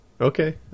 okay